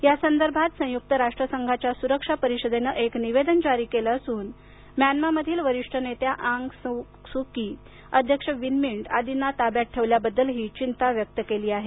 या संदर्भात संयुक्त राष्ट्रसंघाच्या सुरक्षा परिषदेनं एक निवेदन जारी केलं असून म्यानामा मधील वरिष्ठ नेत्या आंग सं स्यू की अध्यक्ष विन मिंट आदींना ताब्यात ठेवल्याबद्दलही चिंता व्यक्त केली आहे